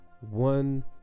one